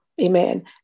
Amen